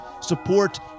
support